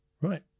Right